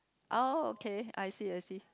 oh okay I see I see